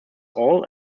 all